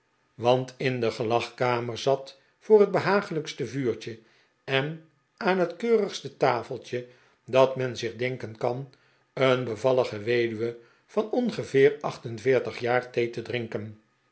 want in de gelagkamer zat voor het behaaglijkste vuurtje en aan het keurigste tafeltje dat men zich denken kan een bevallige weduwe van ohgeveer achtenveertig jaar thee te drinken